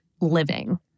living